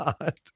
God